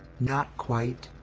not quite,